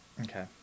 Okay